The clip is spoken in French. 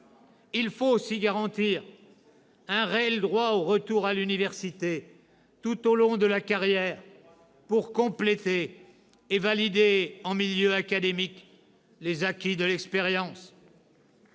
Il faut aussi garantir un réel droit au retour à l'université tout au long de la carrière, pour compléter et valider en milieu académique les acquis de l'expérience.